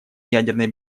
ядерной